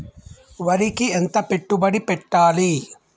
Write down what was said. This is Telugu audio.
వరికి ఎంత పెట్టుబడి పెట్టాలి?